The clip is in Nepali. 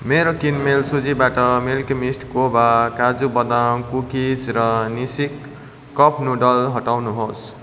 मेरो किनमेल सूचीबाट मिल्की मिस्ट खोवा काजु बदाम कुकिज र निसिन कप नुडल्स हटाउनु होस्